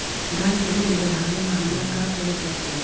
गाय के दुध बढ़ावेला हमरा का करे पड़तई?